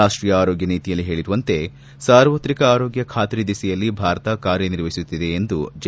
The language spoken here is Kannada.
ರಾಷ್ಷೀಯ ಆರೋಗ್ಯ ನೀತಿಯಲ್ಲಿ ಹೇಳರುವಂತೆ ಸಾರ್ವತ್ರಿಕ ಆರೋಗ್ಯ ಖಾತ್ರಿ ದಿಸೆಯಲ್ಲಿ ಭಾರತ ಕಾರ್ಯ ನಿರ್ವಹಿಸುತ್ತಿದೆ ಎಂದು ಜೆ